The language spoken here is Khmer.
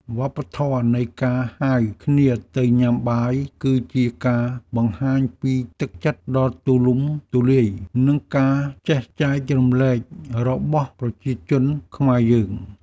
វប្បធម៌នៃការហៅគ្នាទៅញ៉ាំបាយ គឺជាការបង្ហាញពីទឹកចិត្តដ៏ទូលំទូលាយ និងការចេះចែករំលែករបស់ប្រជាជនខ្មែរយើង។